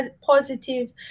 positive